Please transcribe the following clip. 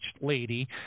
lady